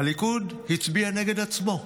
הליכוד הצביע נגד עצמו.